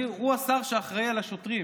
הוא השר שאחראי לשוטרים.